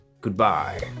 goodbye